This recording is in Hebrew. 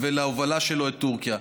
וההובלה שלו את טורקיה.